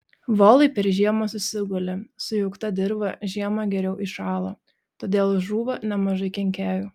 volai per žiemą susiguli sujaukta dirva žiemą geriau įšąla todėl žūva nemažai kenkėjų